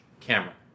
camera